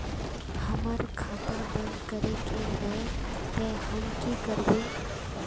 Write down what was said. हमर खाता बंद करे के है ते हम की करबे?